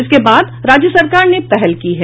इसके बाद राज्य सरकार ने पहल की है